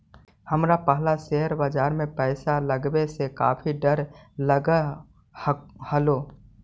हमरा पहला शेयर बाजार में पैसा लगावे से काफी डर लगअ हलो